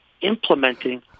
implementing